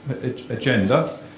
agenda